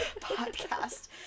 podcast